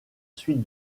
suite